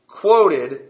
quoted